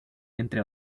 entre